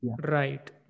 Right